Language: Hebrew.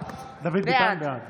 בעד